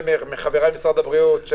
מחבריי במשרד הבריאות,